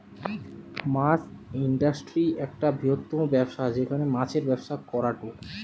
মাছ industry একটা বৃহত্তম ব্যবসা যেখানে মাছের ব্যবসা করাঢু